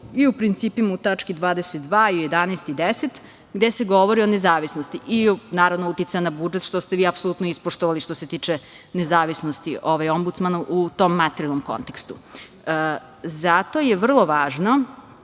i u principima, u tački 22, u 11. i 10, gde se govori o nezavisnosti i, naravno, uticaja na budžet, što ste vi apsolutno ispoštovali, što se tiče nezavisnosti Ombudsmana u tom materijalnom kontekstu. Zato je vrlo važno,